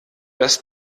das